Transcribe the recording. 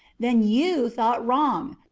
then you thought wrong.